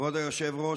כבוד היושב-ראש,